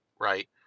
right